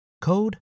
code